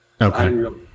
Okay